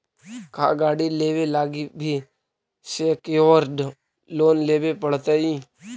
का गाड़ी लेबे लागी भी सेक्योर्ड लोन लेबे पड़तई?